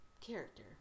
character